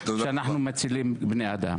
שאנחנו מצילים בני אדם.